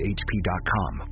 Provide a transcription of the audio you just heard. hp.com